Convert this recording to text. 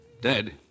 Dead